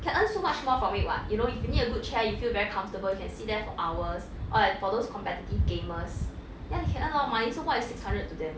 can earn so much more from it what you know if you need a good chair you feel very comfortable you can sit there for hours or like for those competitive gamers ya they can earn a lot of money so what is six hundred to them